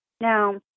Now